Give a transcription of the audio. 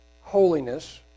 holiness